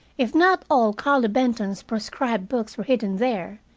if not all carlo benton's proscribed books were hidden there,